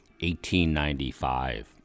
1895